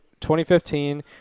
2015